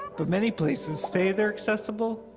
but many places say they're accessible,